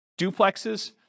duplexes